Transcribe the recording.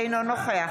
אינו נוכח